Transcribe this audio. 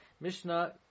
Mishnah